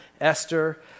Esther